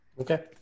Okay